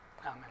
Amen